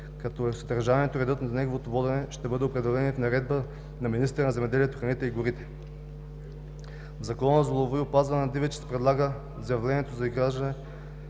като съдържанието и редът за неговото водене ще бъдат определени в наредба на министъра на земеделието, храните и горите. В Закона за лова и опазване на дивеча се предлага заявлението за изграждане